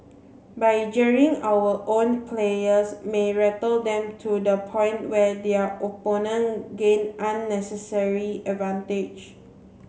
but jeering our own players may rattle them to the point where their opponent gain unnecessary advantage